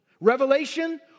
Revelation